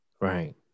Right